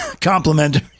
compliment